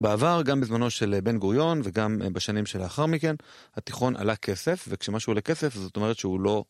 בעבר, גם בזמנו של בן גוריון, וגם בשנים שלאחר מכן, התיכון עלה כסף, וכשמשהו עלה כסף זאת אומרת שהוא לא...